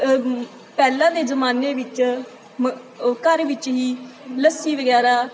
ਪਹਿਲਾਂ ਦੇ ਜ਼ਮਾਨੇ ਵਿੱਚ ਮ ਘਰ ਵਿੱਚ ਹੀ ਲੱਸੀ ਵਗੈਰਾ